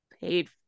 paid